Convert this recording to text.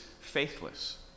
faithless